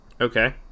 Okay